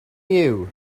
you